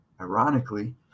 Ironically